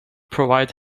provide